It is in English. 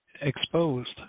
exposed